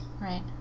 Right